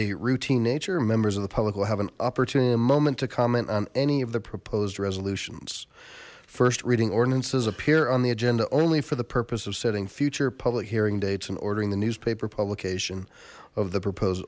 a routine nature members of the public will have an opportunity a moment to comment on any of the proposed resolutions first reading ordinances appear on the agenda only for the purpose of setting future public hearing dates and ordering the newspaper publication of the propose